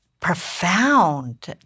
profound